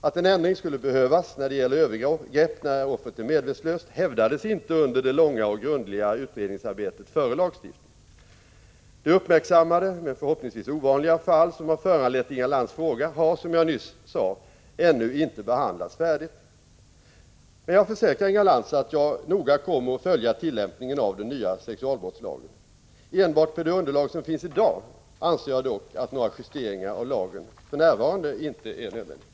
Att en ändring skulle behövas då det gäller övergrepp när offret är medvetslöst hävdades inte under det långa och grundliga utredningsarbetet före lagstiftningen. Det uppmärksammade men förhoppningsvis ovanliga fall som har föranlett Inga Lantz interpellation har — som jag nyss sade — ännu inte behandlats färdigt. Jag försäkrar Inga Lantz att jag noga kommer att följa tillämpningen av den nya sexualbrottslagen. Enbart på det underlag som finns i dag anser jag dock att någon justering av lagen för närvarande inte är nödvändig.